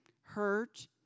hurt